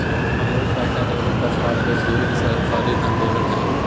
Amul pattern एगो प्रकार के दुग्ध सहकारी आन्दोलन हइ